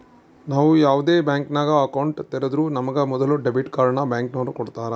ನಾವು ಯಾವ್ದೇ ಬ್ಯಾಂಕಿನಾಗ ಅಕೌಂಟ್ ತೆರುದ್ರೂ ನಮಿಗೆ ಮೊದುಲು ಡೆಬಿಟ್ ಕಾರ್ಡ್ನ ಬ್ಯಾಂಕಿನೋರು ಕೊಡ್ತಾರ